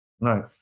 right